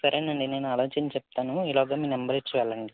సరేనండి నేను ఆలోచించి చెప్తాను ఈలోగా మీ నెంబర్ ఇచ్చి వెళ్ళండి